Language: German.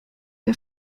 der